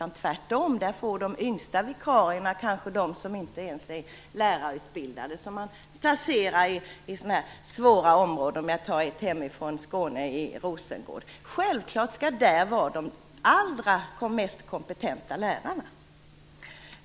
Nu placeras de yngsta vikarierna, de som kanske inte ens är lärarutbildade, i "svåra" områden som Rosengård, för att ta ett exempel hemifrån Skåne. Självklart skall de allra mest kompetenta lärarna finnas där.